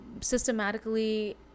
systematically